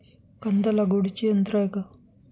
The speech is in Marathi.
कांदा लागवडीचे यंत्र आहे का?